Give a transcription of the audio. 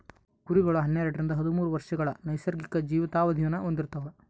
ಕುರಿಗಳು ಹನ್ನೆರಡರಿಂದ ಹದಿಮೂರು ವರ್ಷಗಳ ನೈಸರ್ಗಿಕ ಜೀವಿತಾವಧಿನ ಹೊಂದಿರ್ತವ